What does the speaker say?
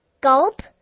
Gulp